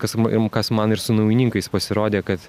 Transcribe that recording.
kas mum kas man ir su naujininkais pasirodė kad